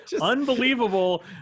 unbelievable